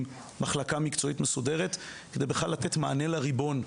מחלקה מקצועית מסודרת כדי בכלל לתת מענה לריבון,